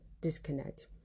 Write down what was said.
disconnect